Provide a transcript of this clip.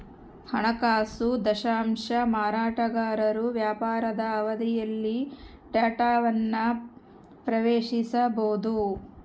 ಹಣಕಾಸು ದತ್ತಾಂಶ ಮಾರಾಟಗಾರರು ವ್ಯಾಪಾರದ ಅವಧಿಯಲ್ಲಿ ಡೇಟಾವನ್ನು ಪ್ರವೇಶಿಸಬೊದು